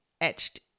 etched